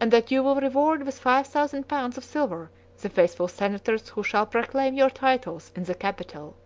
and that you will reward with five thousand pounds of silver the faithful senators who shall proclaim your titles in the capitol.